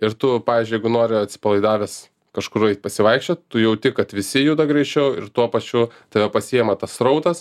ir tu pavyzdžiui jeigu nori atsipalaidavęs kažkur eit pasivaikščiot tu jauti kad visi juda greičiau ir tuo pačiu tave pasijema tas srautas